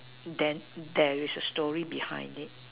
then there is a story behind it